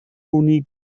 bonic